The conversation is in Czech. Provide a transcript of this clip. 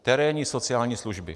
Terénní sociální služby.